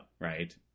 right